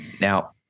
Now